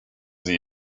sie